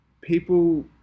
people